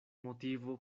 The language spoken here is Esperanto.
motivo